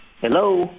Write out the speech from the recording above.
Hello